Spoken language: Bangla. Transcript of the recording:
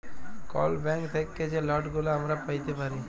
কল ব্যাংক থ্যাইকে যে লটগুলা আমরা প্যাইতে পারি